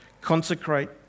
consecrate